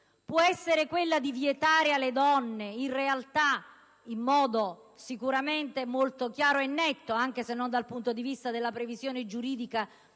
Può essere quella di vietare ad una donna, in realtà in modo molto chiaro e netto, anche se non dal punto di vista della previsione giuridica,